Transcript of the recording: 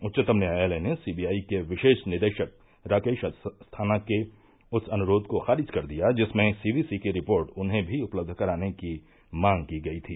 उच्चतम न्यायालय ने सी बी आई के विशेष निदेशक राकेश अस्थाना के उस अनुरोध को खारिज कर दिया जिसमें सी वी सी की रिपोर्ट उन्हें भी उपलब्ध कराने की मांग की गई थी